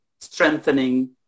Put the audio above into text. strengthening